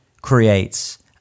creates